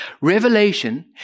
Revelation